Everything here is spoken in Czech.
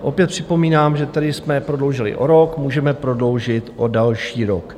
Opět připomínám, že tady jsme prodloužili o rok, můžeme prodloužit o další rok.